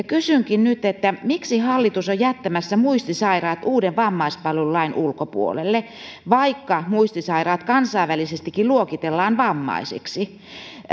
kysynkin nyt miksi hallitus on jättämässä muistisairaat uuden vammaispalvelulain ulkopuolelle vaikka muistisairaat kansainvälisestikin luokitellaan vammaisiksi